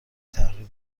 تغییر